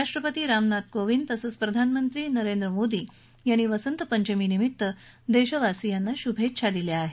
राष्ट्रपती रामनाथ कोविंद तसंच प्रधानमंत्री नरेंद्र मोदी यांनी वसंतपंचमीनिमित्त देशवासियांना शुभेच्छा दिल्या आहेत